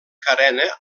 carena